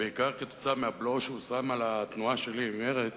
בעיקר כתוצאה מהבלו שהושם על התנועה שלי, מרצ,